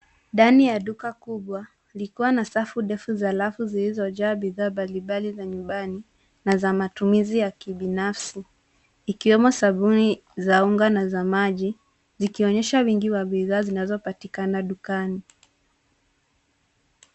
Ndani ya duka kubwa, likiwa na safu ndefu za rafu zilizojaa bidhaa mbali mbali za nyumbani na za matumizi ya kibinafsi, ikiwemo sabuni za unga na za maji, zikionyesha wingi wa bidhaa zinazopatikana dukani.